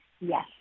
Yes